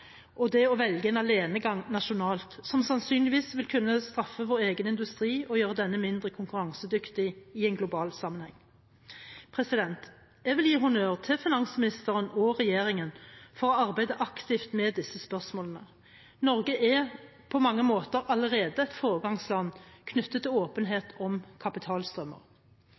og det å velge en alenegang nasjonalt, som sannsynligvis vil kunne straffe vår egen industri og gjøre denne mindre konkurransedyktig i en global sammenheng. Jeg vil gi honnør til finansministeren og regjeringen for å arbeide aktivt med disse spørsmålene. Norge er på mange måter allerede et foregangsland når det gjelder åpenhet om kapitalstrømmer.